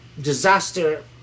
disaster